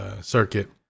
circuit